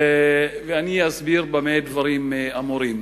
ואני אסביר במה דברים אמורים.